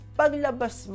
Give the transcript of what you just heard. paglabas